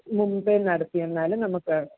മുമ്പേ നടത്തിയെന്നാലും നമുക്ക്